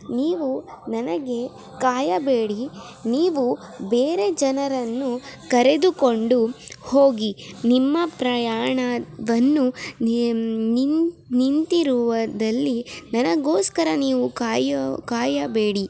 ನೀವು ನನಗೆ ಕಾಯಬೇಡಿ ನೀವು ಬೇರೆ ಜನರನ್ನು ಕರೆದುಕೊಂಡು ಹೋಗಿ ನಿಮ್ಮ ಪ್ರಯಾಣವನ್ನು ನಿಂತಿರುವದಲ್ಲಿ ನನಗೋಸ್ಕರ ನೀವು ಕಾಯೊ ಕಾಯಬೇಡಿ